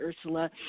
Ursula